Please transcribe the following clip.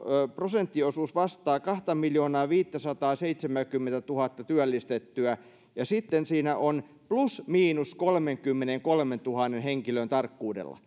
prosenttiosuus vastaa kahtamiljoonaaviittäsataaseitsemääkymmentätuhatta työllistettyä ja se on plus miinus kolmenkymmenenkolmentuhannen henkilön tarkkuudella